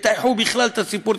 תטייחו בכלל את הסיפור,